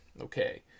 okay